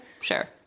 sure